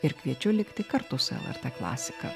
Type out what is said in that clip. ir kviečiu likti kartu su lrt klasika